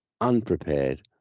unprepared